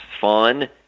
fun